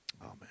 Amen